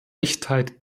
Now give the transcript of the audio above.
echtheit